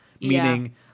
meaning